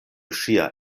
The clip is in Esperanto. ŝia